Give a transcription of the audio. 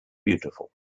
beautiful